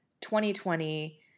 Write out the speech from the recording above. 2020 –